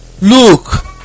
look